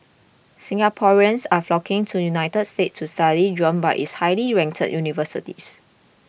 Singaporeans are flocking to United States to study drawn by its highly ranked universities